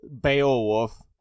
Beowulf